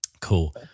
cool